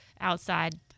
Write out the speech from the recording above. outside